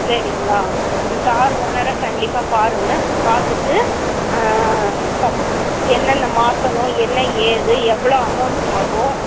சரிங்ளா அந்த கார் ஓனரை கண்டிப்பாக பாருங்கள் பார்த்துட்டு என்னென்ன மாற்றணும் என்ன ஏது எவ்வளோ அமௌண்ட் ஆகும்